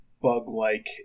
bug-like